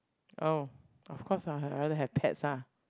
oh of course ah I rather have pets ah